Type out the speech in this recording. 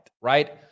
right